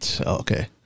Okay